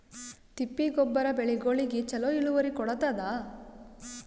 ತಿಪ್ಪಿ ಗೊಬ್ಬರ ಬೆಳಿಗೋಳಿಗಿ ಚಲೋ ಇಳುವರಿ ಕೊಡತಾದ?